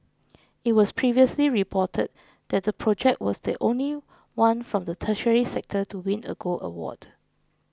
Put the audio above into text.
it was previously reported that the project was the only one from the tertiary sector to win a gold award